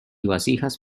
vasijas